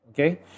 Okay